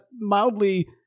mildly